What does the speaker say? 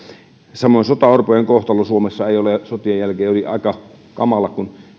samoin sotaorpojen kohtalo suomessa sotien jälkeen oli aika kamala kun